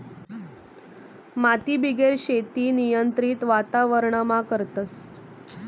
मातीबिगेर शेती नियंत्रित वातावरणमा करतस